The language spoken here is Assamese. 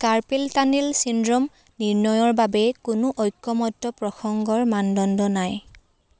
কাৰ্পেল টানেল চিনড্ৰম নিৰ্ণয়ৰ বাবে কোনো ঐকমত্য প্ৰসংগৰ মানদণ্ড নাই